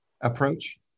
approach